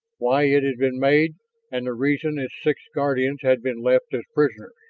why it had been made and the reason its six guardians had been left as prisoners